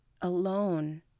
alone